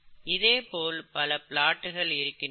இதே போல் பல பிளாட்கள் இருக்கின்றன